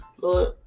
Lord